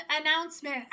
announcement